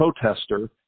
protester